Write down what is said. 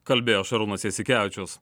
kalbėjo šarūnas jasikevičius